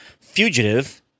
Fugitive